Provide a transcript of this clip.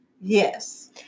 Yes